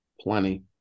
plenty